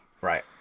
Right